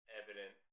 evident